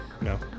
No